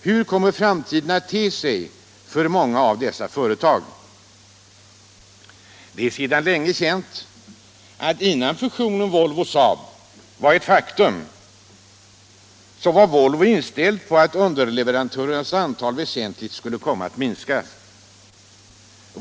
Hur kommer framtiden att te sig för många av de företagen? Det är sedan länge känt att innan fusionen Volvo-SAAB företogs var ledningen för Volvo inställd på att antalet underleverantörer skulle komma att minska väsentligt.